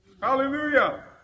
Hallelujah